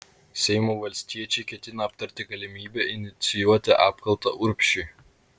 seimo valstiečiai ketina aptarti galimybę inicijuoti apkaltą urbšiui